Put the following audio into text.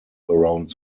around